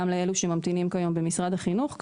גם לאלו שהם ממתינים כיום במשרד החינוך.